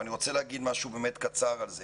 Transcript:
אני רוצה להגיד משהו באמת קצר על זה.